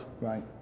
Right